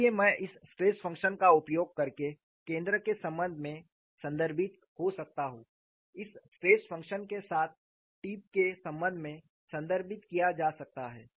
इसलिए मैं इस स्ट्रेस फ़ंक्शन का उपयोग करके केंद्र के संबंध में संदर्भित हो सकता हूं इस स्ट्रेस फ़ंक्शन के साथ टिप के संबंध में संदर्भित किया जा सकता है